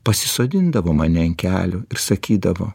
pasisodindavo mane ant kelių ir sakydavo